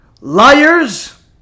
liars